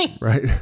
Right